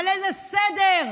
אבל איזה סדר?